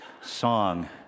song